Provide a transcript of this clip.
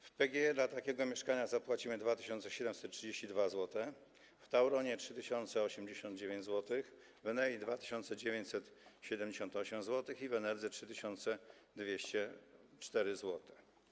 W PGE, jeżeli chodzi o takie mieszkanie, zapłacimy 2732 zł, w Tauronie - 3089 zł, w Enei - 2978 zł i w Enerdze - 3204 zł.